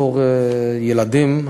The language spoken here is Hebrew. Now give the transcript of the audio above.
בתור ילדים,